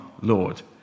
Lord